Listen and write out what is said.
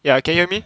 ya can hear me